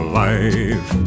life